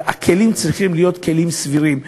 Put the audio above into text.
אבל הכלים צריכים להיות כלים סבירים,